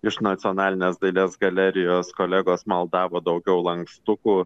iš nacionalinės dailės galerijos kolegos maldavo daugiau lankstukų